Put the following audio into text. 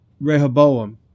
Rehoboam